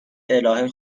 الهه